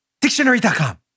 Dictionary.com